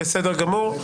בסדר גמור.